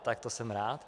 Tak to jsem rád.